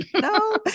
No